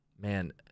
man